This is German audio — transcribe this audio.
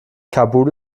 kabul